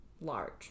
large